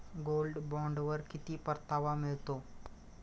Gold बॉण्डवर किती परतावा मिळतो?